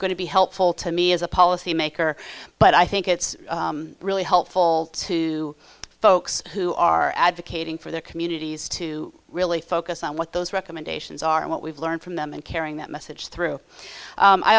going to be helpful to me as a policymaker but i think it's really helpful to folks who are advocating for their communities to really focus on what those recommendations are and what we've learned from them and carrying that message through